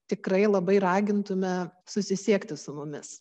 tikrai labai ragintume susisiekti su mumis